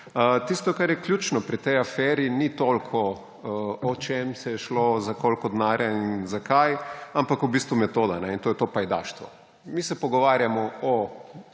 Tisto, kar je ključno pri tej aferi, ni toliko, o čem se je šlo, za koliko denarja in za kaj, ampak v bistvu metoda – in to je to pajdaštvo. Mi se pogovarjamo o